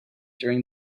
during